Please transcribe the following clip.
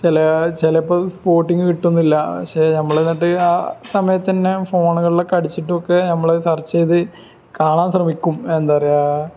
ചിലപ്പോള് സ്പോട്ടിങ്ങ് കിട്ടുന്നില്ല പക്ഷേ ഞങ്ങള് എന്നിട്ട് ആ സമയത്തുതന്നെ ഫോണുകളിലക്കെ അടിച്ചിട്ടൊക്കെ ഞങ്ങള് സെർച്ച് ചെയ്ത് കാണാൻ ശ്രമിക്കും എന്താണു പറയുക